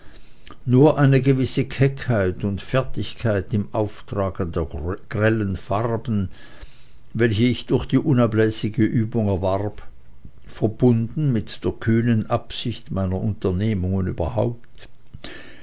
nur eine gewisse keckheit und fertigkeit im auftragen der grellen farben welche ich durch die unablässige übung erwarb verbunden mit der kühnen absicht meiner unternehmungen überhaupt